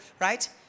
right